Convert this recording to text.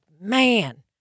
man